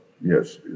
yes